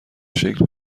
شکل